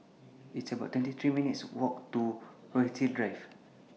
It's about twenty three minutes' Walk to Rochalie Drive